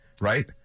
right